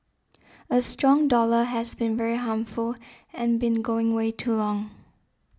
a strong dollar has been very harmful and been going way too long